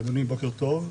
אדוני בוקר טוב,